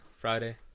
Friday